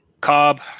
Cobb